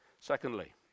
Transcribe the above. Secondly